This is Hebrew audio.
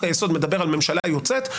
היסוד מדבר על ממשלה יוצאת.